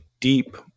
deep